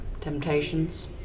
Temptations